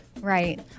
Right